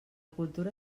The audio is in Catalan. cultura